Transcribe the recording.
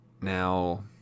Now